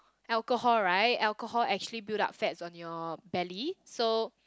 alcohol right alcohol actually build up fats on your belly so